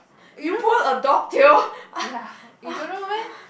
you know ya you don't know meh